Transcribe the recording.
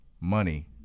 money